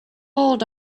old